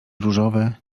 różowe